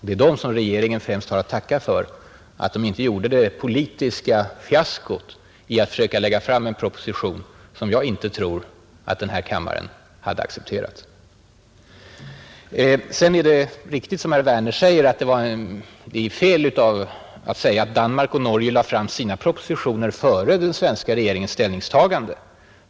Det är dem regeringen främst har att tacka för att den inte gjorde det politiska misstaget att lägga fram en proposition som jag inte tror att kammaren hade accepterat. Det är riktigt som herr Werner i Malmö framhåller, att det är fel att säga att Danmark och Norge lade fram sina propositioner före den svenska regeringens ställningstagande.